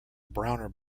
browner